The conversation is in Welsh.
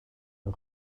nhw